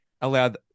allowed